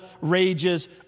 rages